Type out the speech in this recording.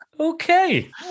Okay